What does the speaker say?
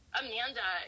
amanda